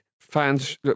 fans